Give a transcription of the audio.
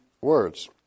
words